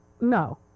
No